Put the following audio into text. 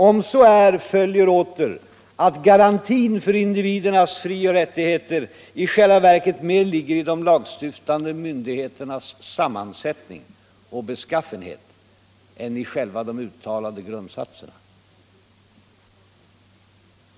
Om så är, följer åter, att garantin för individernas frioch rättigheter i själva verket mer ligger 137 i de lagstiftande myndigheternas sammansättning och beskaffenhet än i själva de uttalade grundsatserna.